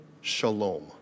Shalom